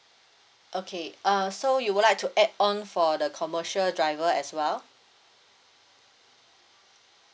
okay uh so you would like to add on for the commercial driver as well